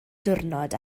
diwrnod